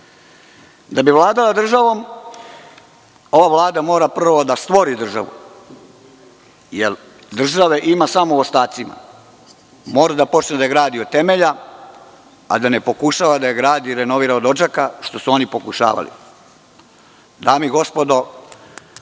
bi vladala državom ova Vlada mora prvo da stvori državu, jer države ima samo u ostacima. Mora da počne da gradi od temelja, a da ne pokušava da gradi i renovira od odžaka, što su oni pokušavali. Dame i gospodo,